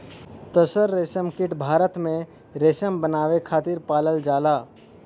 तसर रेशमकीट भारत में रेशम बनावे खातिर पालल जाला